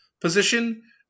position